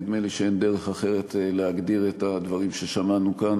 נדמה לי שאין דרך אחרת להגדיר את הדברים ששמענו כאן: